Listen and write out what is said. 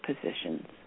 positions